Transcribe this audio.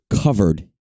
covered